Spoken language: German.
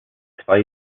zwei